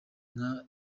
nka